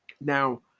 Now